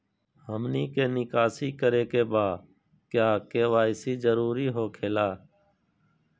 हमनी के निकासी करे के बा क्या के.वाई.सी जरूरी हो खेला?